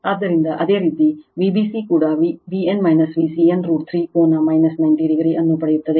ಆದ್ದರಿಂದ ಅದೇ ರೀತಿ Vbc ಕೂಡ Vbn Vcn ರೂಟ್ 3 ಕೋನ 90 o ಅನ್ನು ಪಡೆಯುತ್ತದೆ